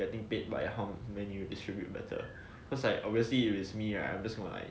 getting paid by how many you distribute better cause like if it's me right I am just gonna like